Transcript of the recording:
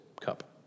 cup